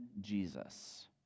Jesus